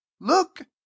look